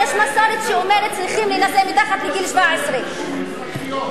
שיש מסורת שאומרת: צריכים להינשא מתחת לגיל 17. נשים מזרחיות,